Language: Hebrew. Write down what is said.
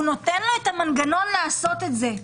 הוא נותן לו את המנגנון לעשות את זה,